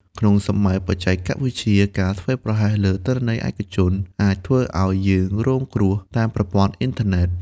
ក្នុងសម័យបច្ចេកវិទ្យា ការប្រហែសលើទិន្នន័យឯកជនអាចធ្វើឱ្យយើងរងគ្រោះតាមប្រព័ន្ធអ៊ីនធឺណិត។